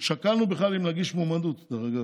שקלנו בכלל אם להגיש מועמדות כרגע